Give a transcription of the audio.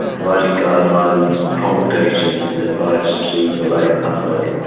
writing guidelines, promulgating advice to the lay-public,